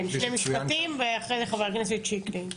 כן, שני משפטים ואחרי זה חבר הכנסת שיקלי.